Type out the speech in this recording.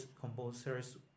composers